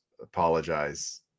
apologize